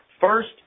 First